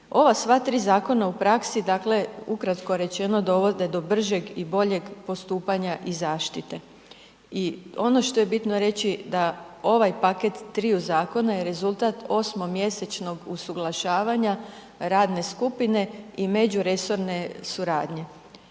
Ova sva tri zakona u praksi, dakle ukratko rečeno, dovode do bržeg i boljeg postupanja i zaštite. I ono što je bitno reći da ovaj paket triju zakona je rezultat osmomjesečnog usuglašavanja radne skupine i međuresorne suradnje.